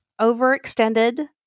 overextended